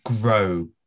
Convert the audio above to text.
grow